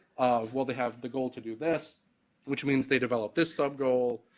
well, they have the goal to do this which means they developed this sub-goal.